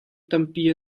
tampi